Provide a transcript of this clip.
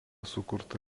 sukurta